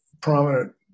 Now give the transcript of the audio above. prominent